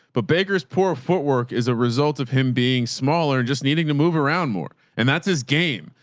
but baker's poor footwork is a result of him being smaller and just needing to move around more. and that's his game.